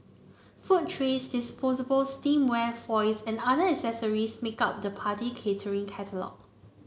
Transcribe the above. food trays disposable stemware foils and other accessories make up the party catering catalogue